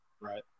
right